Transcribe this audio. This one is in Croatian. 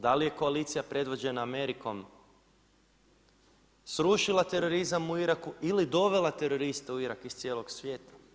Da li je koalicija predvođena Amerikom srušila terorizam u Iraku, ili dovela teroriste u Irak iz cijelog svijeta?